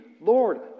Lord